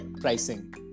pricing